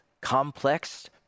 complex